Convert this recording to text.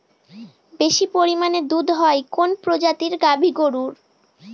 বেশি পরিমানে দুধ হয় কোন প্রজাতির গাভি গরুর?